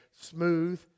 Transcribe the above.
smooth